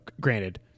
granted